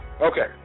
Okay